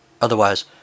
Otherwise